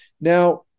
Now